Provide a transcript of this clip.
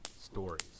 stories